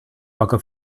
poca